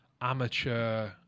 amateur